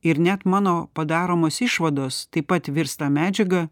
ir net mano padaromos išvados taip pat virsta medžiaga